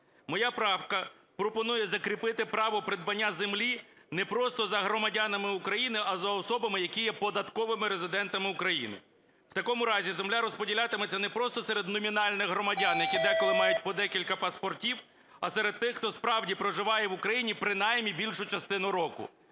Моя правка пропонує закріпити право придбання землі не просто за громадянами України, а за особами, які є податковими резидентами України. В такому разі земля розподілятиметься не просто серед номінальних громадян, які деколи мають по декілька паспортів. А серед тих, хто справді, проживає в Україні, принаймні більшу частину року.